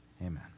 Amen